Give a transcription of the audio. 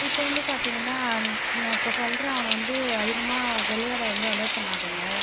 இப்போ வந்து பார்த்திங்கனா நான் இப்போ சொல்கிறேன் அவனை வந்து அதிகமாக விளையாட வந்து அலோவ் பண்ணாதிங்க